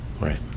Right